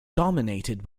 dominated